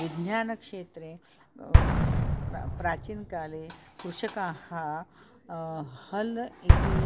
विज्ञानक्षेत्रे प्र प्राचीनकाले कृषकाः हल् इति